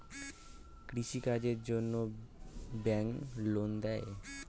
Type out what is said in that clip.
কৃষি কাজের জন্যে ব্যাংক লোন দেয়?